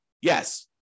Yes